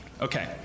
Okay